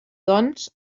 doncs